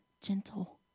gentle